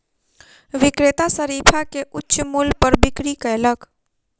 विक्रेता शरीफा के उच्च मूल्य पर बिक्री कयलक